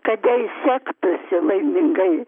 kad jai sektųsi laimingai